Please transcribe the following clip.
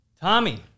tommy